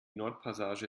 nordpassage